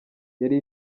yari